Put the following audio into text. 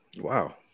wow